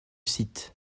site